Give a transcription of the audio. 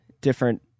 different